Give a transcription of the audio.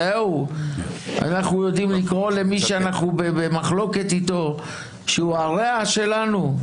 אנחנו יודעים לקרוא למי שאנחנו במחלוקת איתו שהוא הרֵעַ שלנו?